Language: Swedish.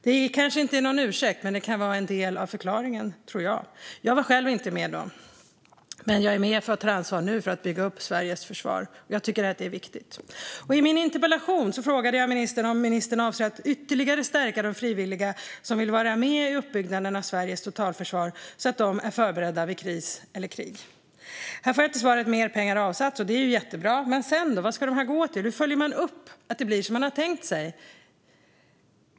Det är kanske inte någon ursäkt, men det kan vara en del av förklaringen, tror jag. Jag var själv inte med då, men jag är med och vill ta ansvar nu för att bygga upp Sveriges försvar. Jag tycker att det är viktigt. I min interpellation frågade jag ministern om ministern avser att ytterligare stärka de frivilliga som vill vara med i uppbyggnaden av Sveriges totalförsvar, så att de är förberedda vid kris eller krig. Här får jag svaret att mer pengar avsatts, och det är ju jättebra. Men sedan då - vad ska pengarna gå till? Hur följer man upp att det blir som man har tänkt sig?